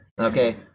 okay